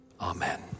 amen